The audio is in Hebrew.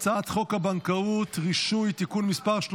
אני קובע כי הצעת חוק נטילת אמצעי זיהוי ביומטריים מזרים,